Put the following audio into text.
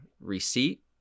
receipt